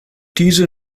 diese